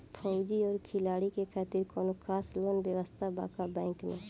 फौजी और खिलाड़ी के खातिर कौनो खास लोन व्यवस्था बा का बैंक में?